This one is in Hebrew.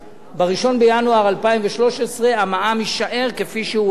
ב-1 בינואר 2013 המע"מ יישאר כפי שהוא היום,